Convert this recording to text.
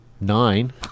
Nine